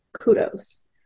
kudos